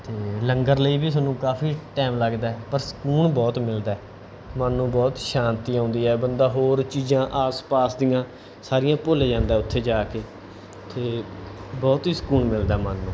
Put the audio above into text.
ਅਤੇ ਲੰਗਰ ਲਈ ਵੀ ਸਾਨੂੰ ਕਾਫ਼ੀ ਟਾਈਮ ਲੱਗਦਾ ਪਰ ਸਕੂਨ ਬਹੁਤ ਮਿਲਦਾ ਮਨ ਨੂੰ ਬਹੁਤ ਸ਼ਾਂਤੀ ਆਉਂਦੀ ਹੈ ਬੰਦਾ ਹੋਰ ਚੀਜ਼ਾਂ ਆਸ ਪਾਸ ਦੀਆਂ ਸਾਰੀਆਂ ਭੁੱਲ ਜਾਂਦਾ ਉੱਥੇ ਜਾ ਕੇ ਅਤੇ ਬਹੁਤ ਹੀ ਸਕੂਨ ਮਿਲਦਾ ਮਨ ਨੂੰ